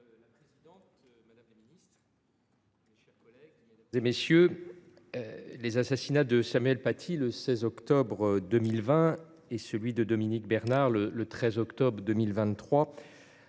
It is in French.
mes chers collègues, l’assassinat de Samuel Paty, le 16 octobre 2020, et celui de Dominique Bernard, le 13 octobre 2023,